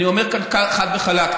אני אומר כאן חד וחלק,